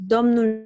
Domnul